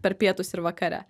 per pietus ir vakare